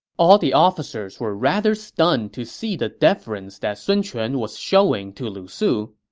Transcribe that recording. all the officers were rather stunned to see the deference that sun quan was showing to lu su.